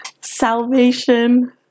Salvation